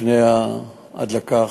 לפני ההדלקה,